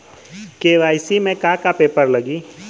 KYC में का का पेपर लगी?